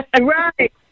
Right